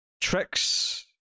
tricks